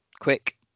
quick